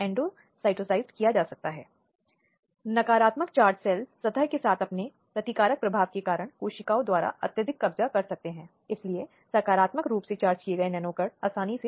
अब इस स्थिति में अदालत केवल निर्णायक के रूप में कार्य करती है पक्षों की दलीलों को सुनने सबूतों को देखने और फिर ऐसे मामलों में निर्णय देने के अर्थ में